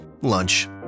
lunch